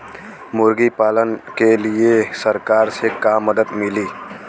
मुर्गी पालन के लीए सरकार से का मदद मिली?